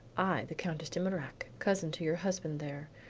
i, the countess de mirac, cousin to your husband there,